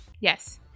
Yes